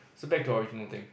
so back to original thing